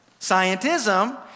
Scientism